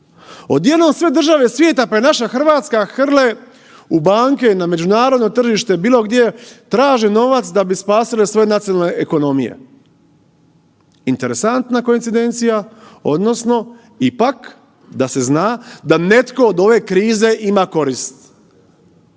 Odjednom sve države svijeta pa i naša Hrvatska hrle u banke na međunarodno tržište, bilo gdje traže novac da bi spasile svoje nacionalne ekonomije. Interesantna koincidencija odnosno ipak da se zna da netko od ove krize ima korist